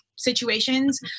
Situations